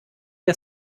der